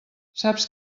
saps